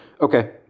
okay